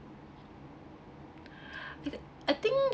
I I think